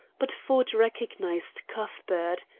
but ford recognized cuthbert.